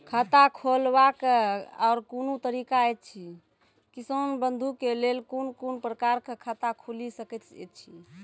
खाता खोलवाक आर कूनू तरीका ऐछि, किसान बंधु के लेल कून कून प्रकारक खाता खूलि सकैत ऐछि?